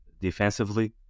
defensively